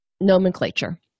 nomenclature